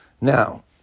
Now